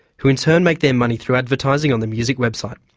who in turn make their money through advertising on the music website.